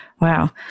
Wow